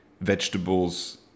vegetables